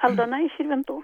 aldona iš širvintų